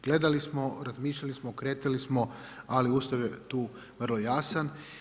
Gledali smo, razmišljali smo, okretali smo, ali Ustav je tu vrlo jasan.